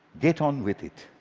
get on with it.